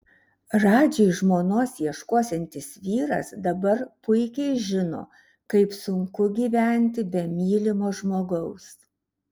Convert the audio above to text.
radžiui žmonos ieškosiantis vyras dabar puikiai žino kaip sunku gyventi be mylimo žmogaus